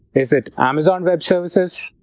is it amazon web services,